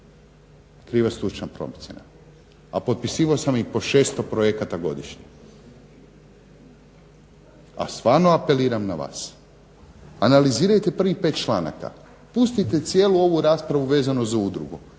Kriva je stručna procjena a potpisivao sam ih po 600 projekata godišnje. A stvarno apeliram na vas, analizirajte prvih 5 članaka, pustite cijelu ovu raspravu vezano za udrugu